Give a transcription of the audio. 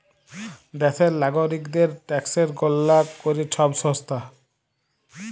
দ্যাশের লাগরিকদের ট্যাকসের গললা ক্যরে ছব সংস্থা